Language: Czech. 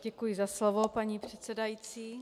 Děkuji za slovo, paní předsedající.